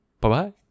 Bye-bye